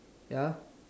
ya